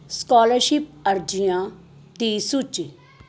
scholarship ਅਰਜ਼ੀਆਂ ਦੀ ਸੂਚੀ